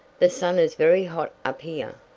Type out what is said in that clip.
the sun is very hot up here.